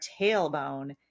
tailbone